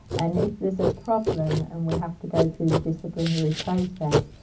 and if there's a problem and we have to go through the disciplinary process,